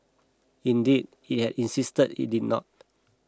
indeed it had insisted it did not